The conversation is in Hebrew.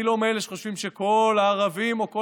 אני לא מאלה שחושבים: כל הערבים או כל